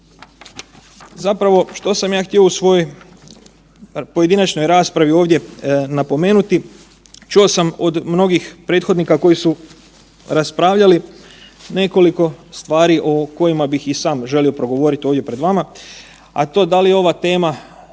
Zapravo što sam ja htio u svojoj pojedinačnoj raspravi ovdje napomenuti? Čuo sam od mnogih prethodnika koji su raspravljali nekoliko stvari o kojima bih i sam želio progovorit ovdje pred vama, a to da li je ova tema